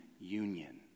union